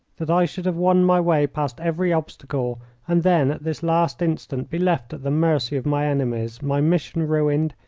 that i should have won my way past every obstacle and then at this last instant be left at the mercy of my enemies, my mission ruined,